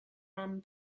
rum